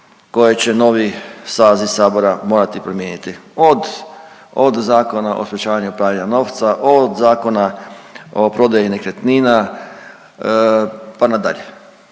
koje će novi saziv sabora morati promijeniti. Od, od Zakona o sprječavanju pranja novca, od Zakona o prodaji nekretnina pa na dalje.